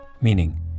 Meaning